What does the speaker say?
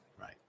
Right